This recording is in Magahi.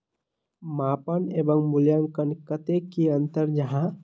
मापन एवं मूल्यांकन कतेक की अंतर जाहा?